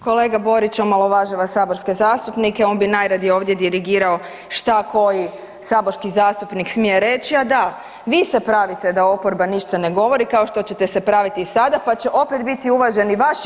Kolega Borić omalovažava saborske zastupnike, on bi najradije ovdje dirigirao što koji saborski zastupnik smije reći, a da, vi se pravite da oporba ništa ne govori, kao što ćete se praviti i sada pa će opet biti uvaženi vaši